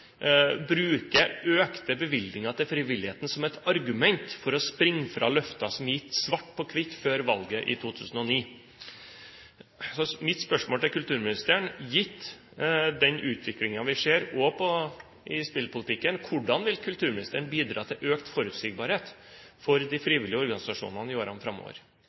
økte bevilgninger til frivilligheten som et argument for å springe fra løfter som er gitt svart på hvitt før valget i 2009. Mitt spørsmål til kulturministeren blir: Gitt den utviklingen vi ser, også i spillpolitikken, hvordan vil kulturministeren bidra til økt forutsigbarhet for de frivillige organisasjonene i årene framover?